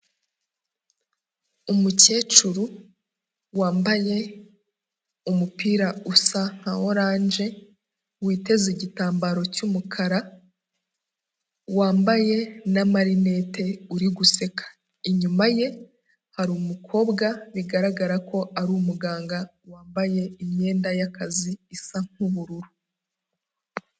Umukecuru wambaye umupira usa nka orange, witeze igitambaro cy'umukara, wambaye n'amarinete uri guseka. Inyuma ye hari umukobwa bigaragara ko ari umuganga wambaye imyenda y'akazi isa nk'ubururu.